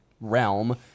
realm